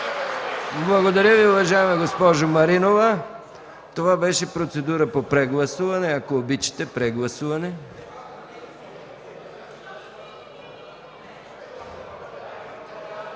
Благодаря Ви, госпожо Маринова. Това беше процедура по прегласуване. Ако обичате, прегласуване.